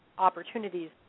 opportunities